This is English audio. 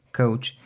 coach